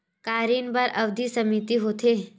का ऋण बर अवधि सीमित होथे?